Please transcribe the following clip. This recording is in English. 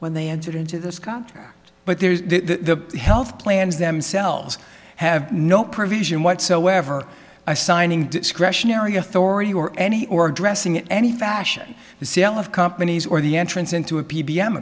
when they entered into this contract but there's the health plans themselves have no provision whatsoever by signing discretionary authority or any or addressing any fashion the sale of companies or the entrance into a p b m